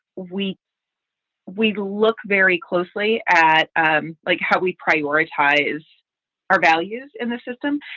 we we look very closely at um like how we prioritize our values in the system.